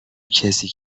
کسی